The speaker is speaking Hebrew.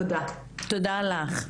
תודה לך.